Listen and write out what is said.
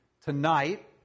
tonight